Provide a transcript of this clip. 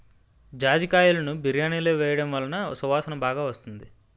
జాజికాయలును బిర్యానిలో వేయడం వలన సువాసన బాగా వస్తుంది